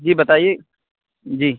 جی بتائیے جی